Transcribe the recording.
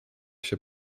się